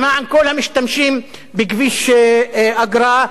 למען כל המשתמשים בכביש אגרה,